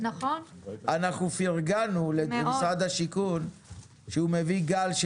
אנחנו פרגנו למשרד השיכון שהוא מביא גל של